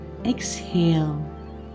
Exhale